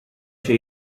się